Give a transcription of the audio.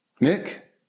Nick